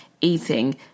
eating